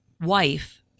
wife